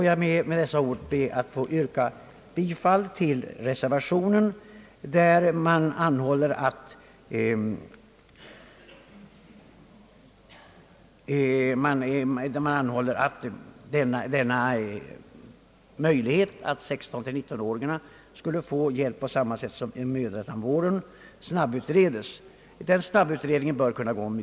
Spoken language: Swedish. Jag ber med dessa ord få yrka bifall till reservationen, där vi anhåller att frågan om att göra förmånerna inom mödratandvården även tillämpliga för ungdomar mellan 16 och 19 år bör snabbutredas och förslag snarast föreläggas riksdagen.